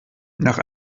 nach